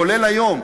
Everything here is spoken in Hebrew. כולל היום,